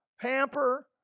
Pamper